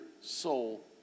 soul